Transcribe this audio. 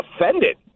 offended